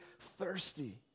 thirsty